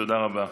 תודה רבה.